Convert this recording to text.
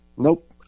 Nope